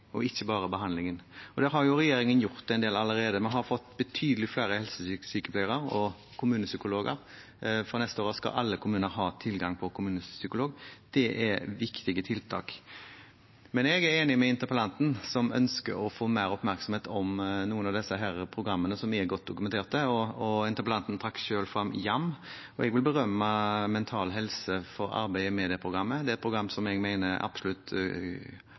og ikke bare behandlingen. Der har regjeringen gjort en del allerede. Vi har fått betydelig flere helsesykepleiere og kommunepsykologer. Fra neste år skal alle kommuner ha tilgang på kommunepsykolog. Det er viktige tiltak. Men jeg er enig med interpellanten, som ønsker å få mer oppmerksomhet om noen av disse programmene, som er godt dokumentert. Interpellanten trakk selv frem YAM. Jeg vil berømme Mental Helse for arbeidet med det programmet. Det er et program jeg mener absolutt